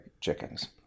chickens